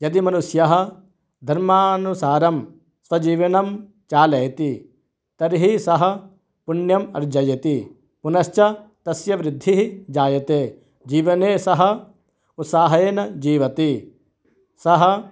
यदि मनुष्यः धर्मानुसारं स्वजीवनं चालयति तर्हि सः पुण्यम् अर्जयति पुनश्च तस्य वृद्धिः जायते जीवने सः उत्साहेन जीवति सः